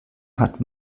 hat